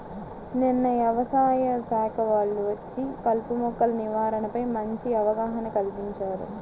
నిన్న యవసాయ శాఖ వాళ్ళు వచ్చి కలుపు మొక్కల నివారణపై మంచి అవగాహన కల్పించారు